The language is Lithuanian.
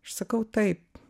aš sakau taip